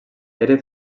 era